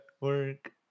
work